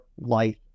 life